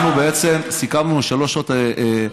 אנחנו בעצם סיכמנו על שלוש שעות דיבורים,